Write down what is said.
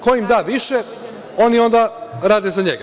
Ko im da više oni onda rade za njega.